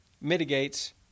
mitigates